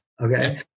Okay